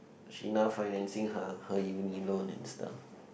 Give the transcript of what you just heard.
she now financing her her uni loan and stuff